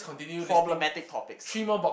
problematic topics